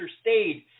stayed